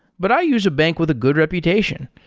but i use a bank with a good reputation.